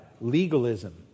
legalism